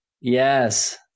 Yes